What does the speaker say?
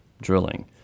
drilling